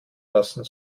lassen